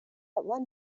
one